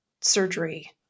surgery